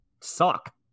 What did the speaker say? suck